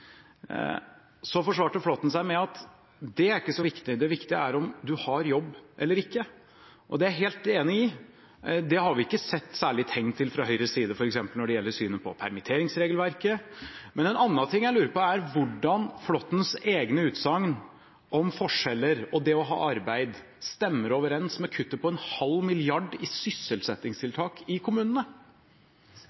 Så forsvarte Flåtten seg med at det er ikke så viktig, det viktige er om man har jobb eller ikke. Det er jeg helt enig i. Det har vi ikke sett særlig tegn til fra Høyres side, f.eks. når det gjelder synet på permitteringsregelverket. Men en annen ting jeg lurer på, er hvordan Flåttens egne utsagn om forskjeller og det å ha arbeid, stemmer overens med kuttet på en halv milliard i sysselsettingstiltak i kommunene.